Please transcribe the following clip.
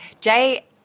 Jay